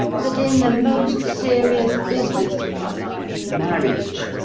that in the most serious business of our life, marriage,